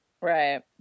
Right